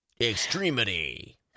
Extremity